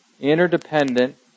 interdependent